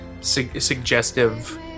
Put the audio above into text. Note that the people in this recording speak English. suggestive